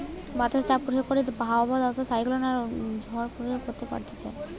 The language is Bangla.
বাতাসে চাপ পরীক্ষা করে আবহাওয়া দপ্তর সাইক্লোন বা অন্য ঝড় প্রেডিক্ট করতে পারতিছে